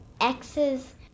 x's